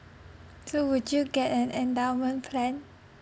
so would you get an endowment plan